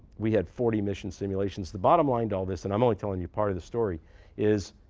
we had forty mission simulations. the bottom line to all this and i'm only telling you part of the story is